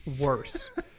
worse